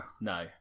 No